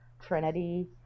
trinity